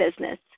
business